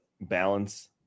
balance